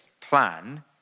plan